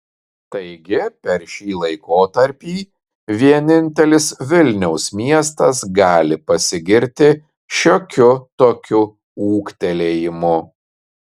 taigi per šį laikotarpį vienintelis vilniaus miestas gali pasigirti šiokiu tokiu ūgtelėjimu